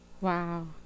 Wow